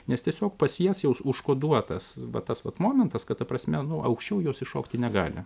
nes tiesiog pas jas jau užkoduotas tas vat momentas kad ta prasme nu aukščiau jos iššokti negali